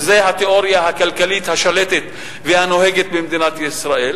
וזאת התיאוריה הכלכלית השלטת והנוהגת במדינת ישראל.